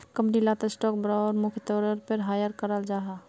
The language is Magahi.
कंपनी लात स्टॉक ब्रोकर मुख्य तौरेर पोर हायर कराल जाहा